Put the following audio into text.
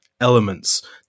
elements